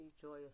joyous